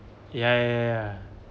ya ya ya